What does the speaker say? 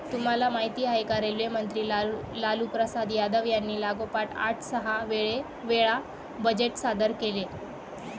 तुम्हाला माहिती आहे का? रेल्वे मंत्री लालूप्रसाद यादव यांनी लागोपाठ आठ सहा वेळा बजेट सादर केले